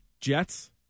Jets